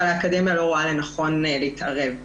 אבל האקדמיה לא רואה לנכון להתערב.